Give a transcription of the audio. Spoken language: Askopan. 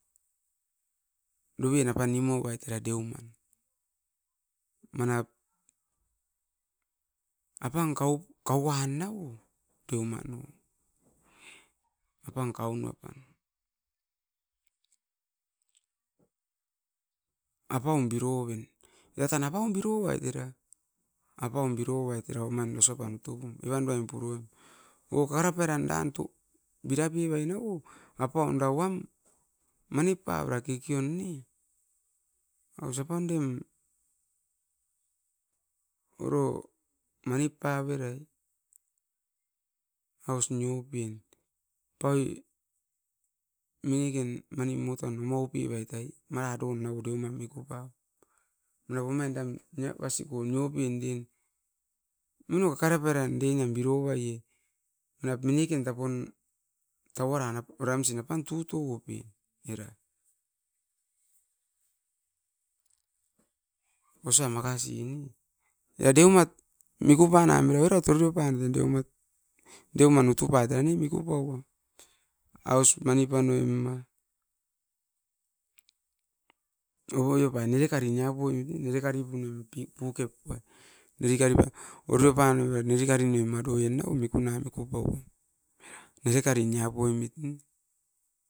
Doven apan nimu ovait era deumat, manap apan kkauan no deumat, apaun biroven, era tan apaun birovait era omait. Evan uruain puroim, o kakara pairan bira pevai nauo apaun era uam manip pavoi dake kekeon aus apan orem oro manip pavera. Aus niopen mineken omau pevait o deuman miku paom. Mava eram uruain nia pesiko niopen era moino kaka rapairanian birovaie minekera tau aran apan tuto apen. Osa makasi ne. Era deumat miku panam era oirat ororio paniop utu pait, aus mani panoim. Ovoio pai nerakkari nia ppoimit. Era tan nao miku panam.